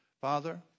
Father